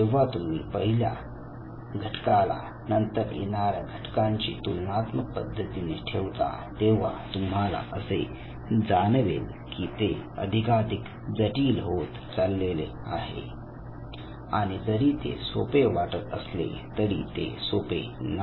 जेव्हा तुम्ही पहिल्या घटकाला नंतर येणाऱ्या घटकांची तुलनात्मक पद्धतीने ठेवता तेव्हा तुम्हाला असे जाणवेल की ते अधिकाधिक जटील होत चाललेले आहे आणि जरी ते सोपे वाटत असले तरी ते सोपे नाही